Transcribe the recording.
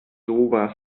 sowas